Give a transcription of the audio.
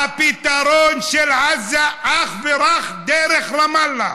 הפתרון של עזה אך ורק דרך רמאללה,